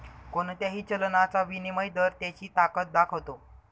कोणत्याही चलनाचा विनिमय दर त्याची ताकद दाखवतो